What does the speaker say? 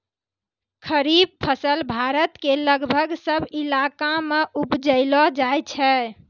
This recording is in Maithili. खरीफ फसल भारत के लगभग सब इलाका मॅ उपजैलो जाय छै